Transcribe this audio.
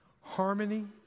Harmony